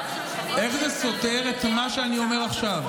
איך זה סותר את מה שאני אומר עכשיו?